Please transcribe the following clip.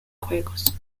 juegos